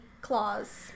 claws